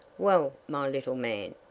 well, my little man,